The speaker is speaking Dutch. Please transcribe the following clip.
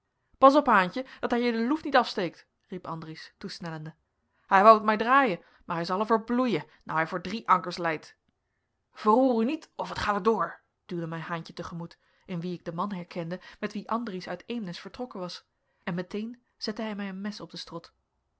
pas op haentje dat hij je de loef niet afsteekt riep andries toesnellende hij wou het mij draaien maar hij zel er voor bloeien nou hij voor drie ankers leit verroer u niet of het gaat er door duwde mij haentje te gemoet in wien ik den man herkende met wien andries uit eemnes vertrokken was en meteen zette hij mij een mes op den strot